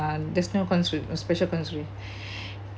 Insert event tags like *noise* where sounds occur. there's no special *breath*